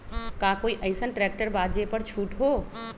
का कोइ अईसन ट्रैक्टर बा जे पर छूट हो?